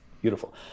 Beautiful